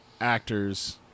actors